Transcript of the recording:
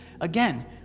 again